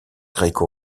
grecque